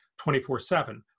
24-7